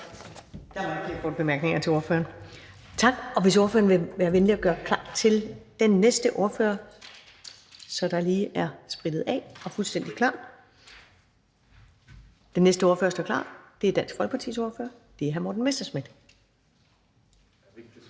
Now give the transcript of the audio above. så vi siger tak til ordføreren. Vil ordføreren være venlig at gøre klar til den næste ordfører, så der lige er sprittet af og fuldstændig klar? Den næste ordfører står klar, og det er Dansk Folkepartis ordfører, hr. Morten Messerschmidt.